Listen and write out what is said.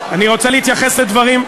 אני רוצה להתייחס לדברים,